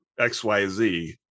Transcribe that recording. XYZ